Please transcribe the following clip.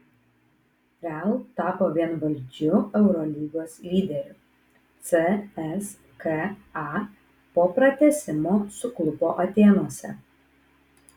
real tapo vienvaldžiu eurolygos lyderiu cska po pratęsimo suklupo atėnuose